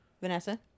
Vanessa